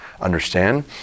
understand